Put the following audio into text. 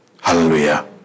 Hallelujah